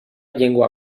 llengua